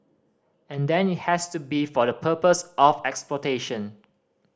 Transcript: and then it has to be for the purpose of exploitation